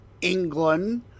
England